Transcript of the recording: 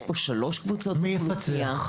יש פה שלוש קבוצות אוכלוסייה.